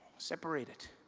separated.